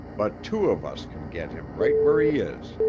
but two of us can get him right where he is.